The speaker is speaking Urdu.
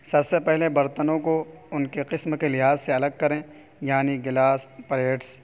سب سے پہلے برتنوں کو ان کے قسم کے لحاظ سے الگ کریں یعنی گلاس پلیٹس